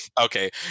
Okay